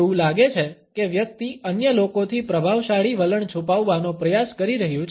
એવું લાગે છે કે વ્યક્તિ અન્ય લોકોથી પ્રભાવશાળી વલણ છુપાવવાનો પ્રયાસ કરી રહ્યું છે